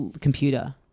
computer